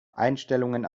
einstellungen